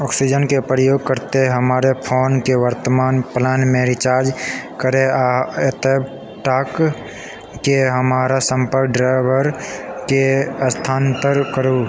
oxygen के प्रयोग करैत हमर फोनके वर्तमान प्लानमे रिचार्ज करू आ ओतबे टाकके हमर सम्पर्क ड्रेभर के स्थानांतरित करू